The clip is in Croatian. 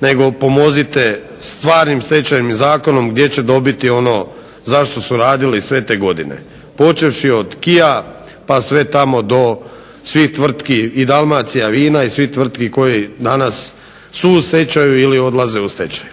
nego pomozite stvarnim stečajem i zakonom gdje će dobiti ono za što su radili sve te godine, počevši od "Kia" pa sve tamo do svih tvrtki i "Dalmacijavina" i svih tvrtki koje danas su u stečaju ili odlaze u stečaj.